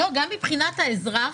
גם מבחינת האזרח,